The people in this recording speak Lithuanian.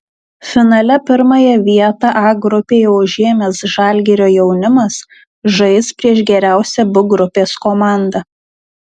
finale pirmąją vietą a grupėje užėmęs žalgirio jaunimas žais prieš geriausią b grupės komandą